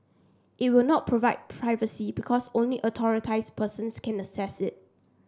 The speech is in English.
it will not private privacy because only authorised persons can access it